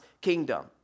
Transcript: kingdom